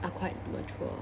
are quite mature